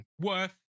worth